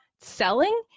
selling